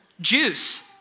Juice